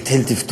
אז התחיל טפטוף